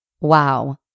Wow